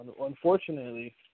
Unfortunately